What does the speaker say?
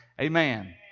Amen